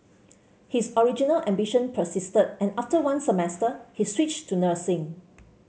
his original ambition persisted and after one semester he switched to nursing